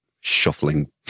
shuffling